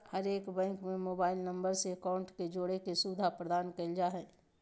हरेक बैंक में mobile number से अकाउंट के जोड़े के सुविधा प्रदान कईल जा हइ